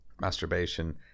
masturbation